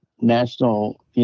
national